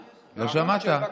לא,